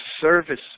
service